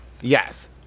Yes